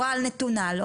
שנתון ביד הגורל,